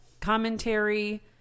Commentary